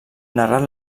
narrat